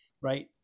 right